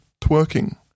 twerking